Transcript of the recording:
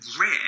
rare